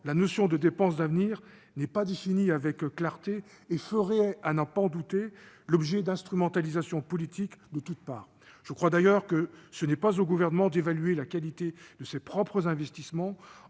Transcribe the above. la notion de « dépenses d'avenir » n'est pas définie avec clarté et ferait, à n'en pas douter, l'objet d'instrumentalisations politiques de toutes parts. Je crois d'ailleurs que ce n'est pas au Gouvernement d'évaluer la qualité de ses propres investissements